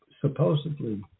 supposedly